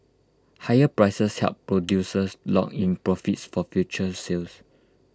higher prices help producers lock in profits for future sales